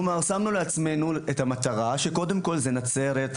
שמנו לעצמנו מטרות שהן קודם כול נצרת,